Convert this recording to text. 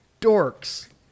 dorks